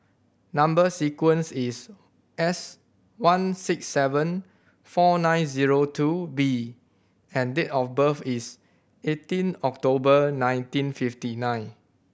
number sequence is S one six seven four nine zero two B and date of birth is eighteen October nineteen fifty nine